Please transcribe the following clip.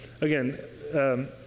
Again